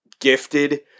gifted